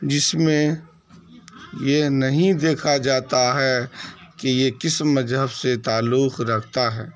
جس میں یہ نہیں دیکھا جاتا ہے کہ یہ کس مذہب سے تعلق رکھتا ہے